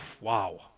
wow